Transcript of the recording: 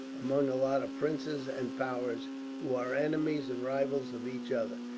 among a lot of princes and powers who are enemies and rivals of each other.